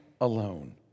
alone